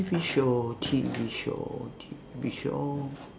T_V show T_V show T_V show